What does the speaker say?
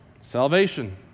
Salvation